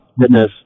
goodness